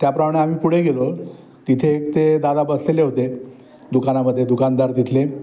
त्याप्रमाणे आम्ही पुढे गेलो तिथे एक ते दादा बसलेले होते दुकानामध्ये दुकानदार तिथले